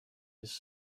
his